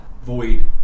Void